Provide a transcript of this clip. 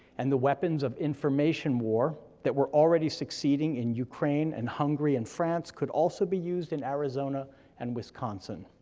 and the weapons of information war that were already succeeding in ukraine, and hungary, and france could also be used in arizona and wisconsin.